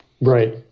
Right